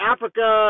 Africa